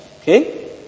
Okay